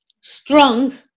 strong